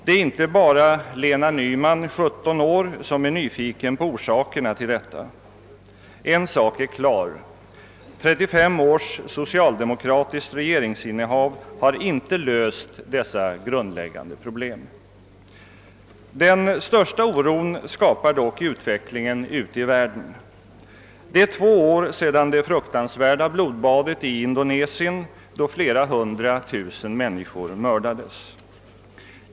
Det är inte bara Lena Nyman, 17 år, som är nyfiken på orsakerna till detta. En sak är klar: 35 års socialdemokratiskt regeringsinnehav har inte löst dessa grundläggande problem. Den största oron skapar dock utvecklingen ute i världen. Det är två år sedan det fruktansvärda blodbadet i Indonesien ägde rum, då flera hundra tusen människor mördades.